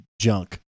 junk